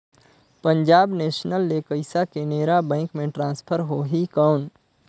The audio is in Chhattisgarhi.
पंजाब नेशनल ले पइसा केनेरा बैंक मे ट्रांसफर होहि कौन?